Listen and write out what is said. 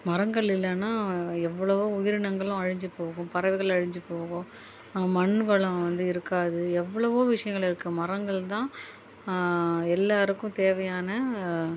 மரங்கள் இல்லைனா எவ்வளளோ உயிரினங்களும் அழிஞ்சி போகும் பறவைகள் அழிஞ்சி போகும் மண் வளம் வந்து இருக்காது எவ்வளவோ விஷயங்கள் இருக்கு மரங்கள் தான் எல்லாருக்கும் தேவையான